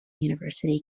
university